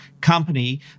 company